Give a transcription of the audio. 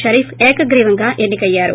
షరీఫ్ ఏకగ్రీవంగా ఎన్ని కయ్యారు